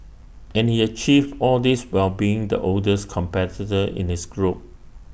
and he achieved all this while being the oldest competitor in his group